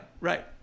right